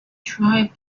tribes